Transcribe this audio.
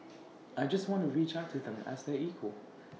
I just want to reach out to them as their equal